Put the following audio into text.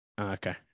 Okay